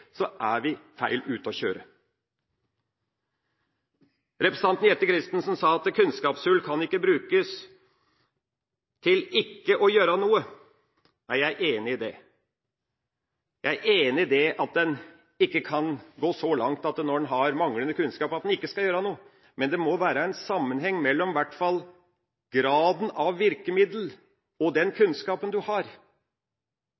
er vi ute å kjøre. Representanten Jette Christensen sa at kunnskapshull ikke kan brukes til ikke å gjøre noe. Jeg er enig i det. Jeg er enig i at en ikke kan gå så langt når en har manglende kunnskaper, at en ikke skal gjøre noe. Men det må være en sammenheng mellom i hvert fall graden av virkemidler og den